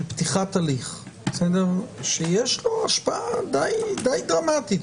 לפתיחת הליך יש השפעה די דרמטית.